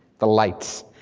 the lights.